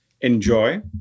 enjoy